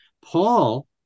Paul